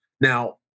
Now